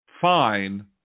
fine